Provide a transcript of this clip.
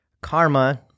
karma